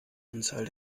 anzahl